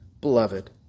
beloved